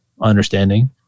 understanding